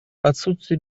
отсутствие